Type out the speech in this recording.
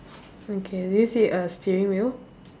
okay do you see a steering wheel